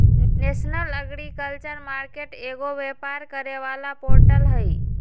national agriculture market एगो व्यापार करे वाला पोर्टल हई